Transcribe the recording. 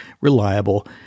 reliable